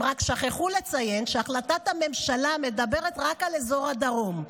הם רק שכחו לציין שהחלטת הממשלה מדברת רק על אזור הדרום.